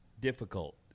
difficult